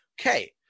okay